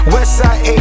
Westside